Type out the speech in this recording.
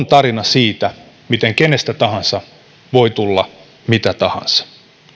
tarina siitä miten kenestä tahansa voi tulla mitä tahansa